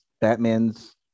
Batman's